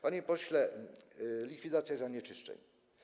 Panie pośle, likwidacja zanieczyszczeń.